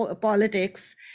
politics